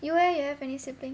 you eh you have any siblings